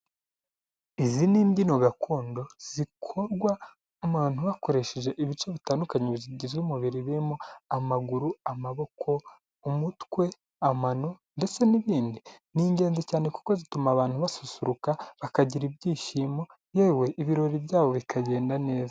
Izi ni imbyino gakondo zikorwa abantu bakoresheje ibice bitandukanye bigize umubiri birimo amaguru, amaboko, umutwe, amano ndetse n'ibindi. Ni ingenzi cyane kuko zituma abantu basusuruka, bakagira ibyishimo yewe ibirori byabo bikagenda neza.